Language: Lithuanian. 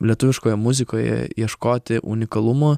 lietuviškoje muzikoje ieškoti unikalumo